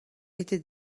était